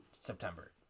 September